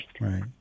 Right